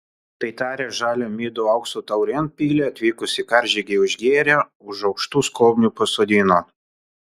tai taręs žalią midų aukso taurėn pylė atvykusį karžygį užgėrė už aukštų skobnių pasodino